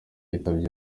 yitabye